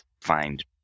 find